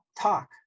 talk